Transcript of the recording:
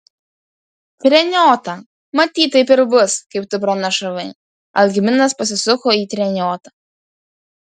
treniota matyt taip ir bus kaip tu pranašavai algminas pasisuko į treniotą